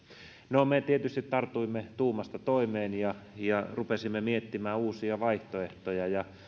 no me tietysti tartuimme tuumasta toimeen ja ja rupesimme miettimään uusia vaihtoehtoja